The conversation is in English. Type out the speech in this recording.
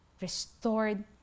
restored